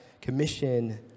commission